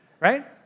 right